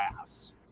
ass